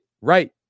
right